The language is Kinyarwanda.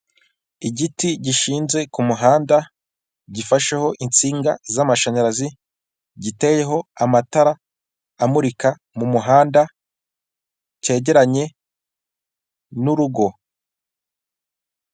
Igiti gishinze ku muhanda gifasheho insinga z'amashanyarazi, giteyeho amatara amurika mu muhanda kegeranye n'urugo.